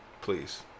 Please